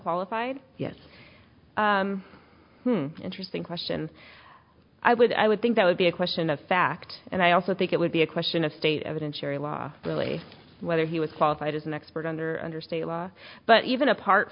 qualified yes interesting question i would i would think that would be a question of fact and i also think it would be a question of state evidence jury law really whether he was qualified as an expert under under state law but even apart